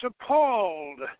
appalled